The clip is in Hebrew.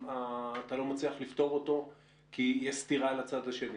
לא מצליח לפתור אותו כי יש סתירה לצד השני.